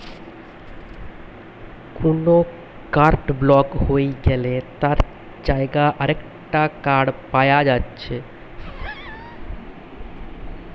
কুনো card block হই গ্যালে তার জাগায় আরেকটা কার্ড পায়া যাচ্ছে